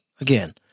again